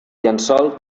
llençol